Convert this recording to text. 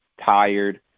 tired